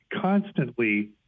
constantly